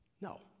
No